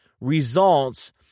results